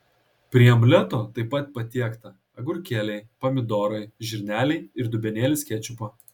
prie omleto taip pat patiekta agurkėliai pomidorai žirneliai ir dubenėlis kečupo